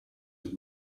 with